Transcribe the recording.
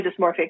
dysmorphia